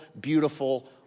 beautiful